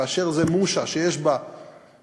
כאשר זה מושע, שיש בה 100